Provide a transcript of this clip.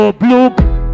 blue